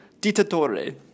Dittatore